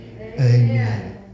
amen